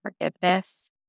forgiveness